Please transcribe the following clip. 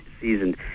season